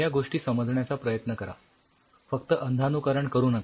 ह्या गोष्टी समजण्याचा प्रयत्न करा फक्त अंधानुकरण करू नका